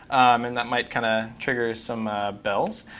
and that might kind of trigger some bells.